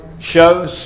shows